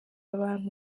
abantu